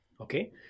Okay